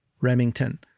Remington